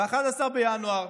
ב-11 בינואר,